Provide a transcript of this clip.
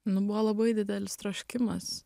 nu buvo labai didelis troškimas